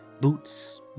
Boots